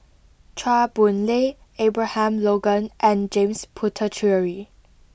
Chua Boon Lay Abraham Logan and James Puthucheary